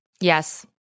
Yes